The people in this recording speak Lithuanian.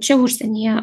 čia užsienyje